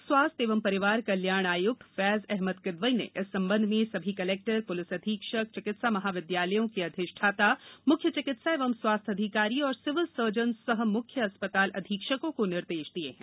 लोक स्वास्थ्य एवं परिवार कल्याण आयुक्त फैज अहमद किदवई ने इस संबंध में सभी कलेक्टर पुलिस अधीक्षक चिकित्सा महाविद्यालयों के अधिष्ठाता मुख्य चिकित्सा एवं स्वास्थ्य अधिकारी और सिविल सर्जन सह मुख्य अस्पताल अधीक्षकों को निर्देश दिए हैं